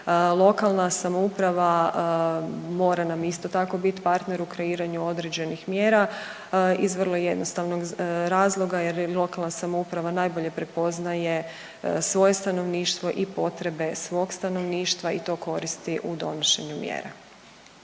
Lokalna samouprava mora nam isto tako biti partner u kreiranju određenih mjera iz vrlo jednostavnog razloga jer je lokalna samouprava najbolje prepoznaje svoje stanovništvo i potrebe svog stanovništva i to koristi u donošenju mjera.